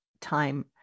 time